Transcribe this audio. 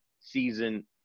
season